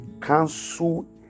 cancel